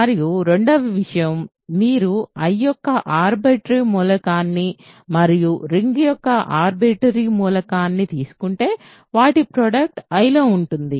మరియు రెండవ విషయం మీరు I యొక్క ఆర్బిటరీ మూలకాన్ని మరియు రింగ్ యొక్క ఆర్బిటరీ మూలకాన్ని తీసుకుంటే వాటి ప్రోడక్ట్ కూడా I లో ఉంటుంది